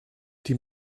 die